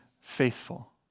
faithful